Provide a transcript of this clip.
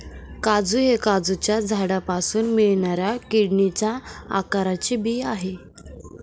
काजू हे काजूच्या झाडापासून मिळणाऱ्या किडनीच्या आकाराचे बी आहे